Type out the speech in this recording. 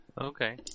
Okay